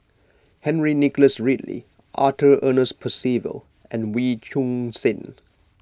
Henry Nicholas Ridley Arthur Ernest Percival and Wee Choon Seng